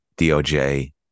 doj